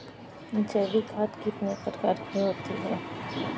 जैविक खाद कितने प्रकार की होती हैं?